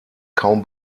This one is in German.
kaum